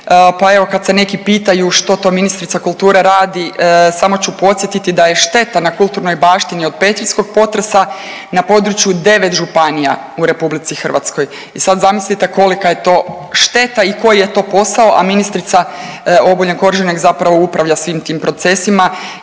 pa evo kad se neki pitanju što to ministrica kulture radi. Samo ću podsjetiti da je šteta na kulturnoj baštini od petrinjskog potresa na području 9 županija u RH i sad zamislite kolika je to šteta i koji je to posao, a ministrica Obuljen Koržinek zapravo upravlja svim tim procesima